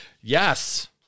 Yes